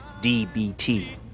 DBT